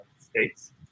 States